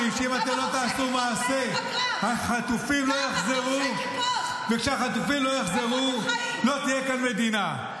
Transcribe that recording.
אם לא תעשו מעשה, לא תהיה פה מדינה.